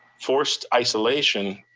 forced isolation,